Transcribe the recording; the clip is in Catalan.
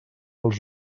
els